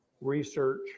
research